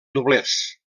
doblers